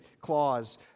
clause